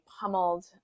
pummeled